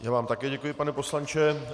Já vám také děkuji, pane poslanče.